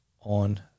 on